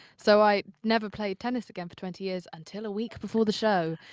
so i never played tennis again for twenty years until a week before the show.